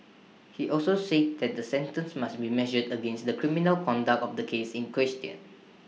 he also said that the sentence must be measured against the criminal conduct of the case in question